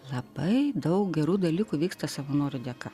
labai daug gerų dalykų vyksta savanorių dėka